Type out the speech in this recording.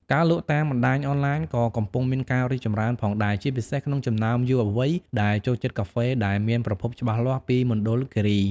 ការលក់តាមបណ្តាញអនឡាញក៏កំពុងមានការរីកចម្រើនផងដែរ ជាពិសេសក្នុងចំណោមយុវវ័យ ដែលចូលចិត្តកាហ្វេដែលមានប្រភពច្បាស់លាស់ពីមណ្ឌលគិរី។